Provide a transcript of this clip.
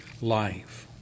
life